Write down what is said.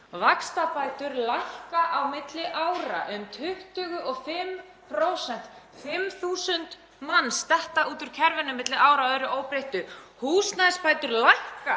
Vaxtabætur lækka á milli ára um 25%. 5.000 manns detta út úr kerfinu á milli ára að öðru óbreyttu. Húsnæðisbætur lækka